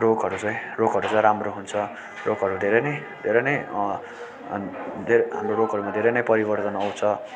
रोगहरू चाहिँ रोगहरू चाहिँ राम्रो हुन्छ रोगहरू धेरै नै धेरै नै हाम्रो रोगहरूमा धेरै नै परिवर्तन आउँछ